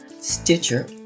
Stitcher